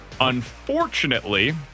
Unfortunately